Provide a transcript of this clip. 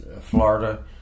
Florida